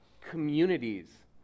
communities